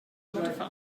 modified